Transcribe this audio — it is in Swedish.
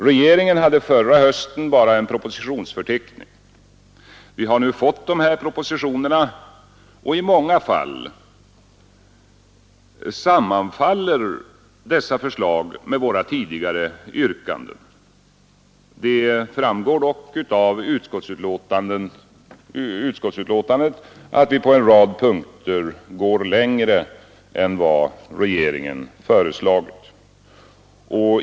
Regeringen hade förra hösten bara en propositionsförteckning. Vi har nu fått de här propositionerna, och i många fall sammanfaller dessa förslag med våra tidigare yrkanden. Det framgår dock av utskottsbetänkandet att vi på en rad punkter går längre än vad regeringen föreslagit.